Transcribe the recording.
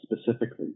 specifically